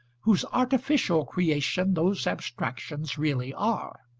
whose artificial creation those abstractions really are.